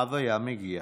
האב היה מגיע.